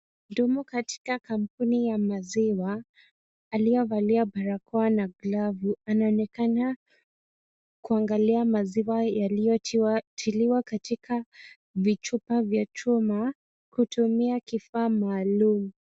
Mtu katika kampuni ya maziwa, aliyevalia barakoa na glavu, anaonekana akiangalia maziwa yaliyotiliwa kwa vichupa vya chuma kutumia kifaa maalum.